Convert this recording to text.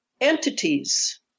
entities